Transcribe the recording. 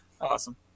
Awesome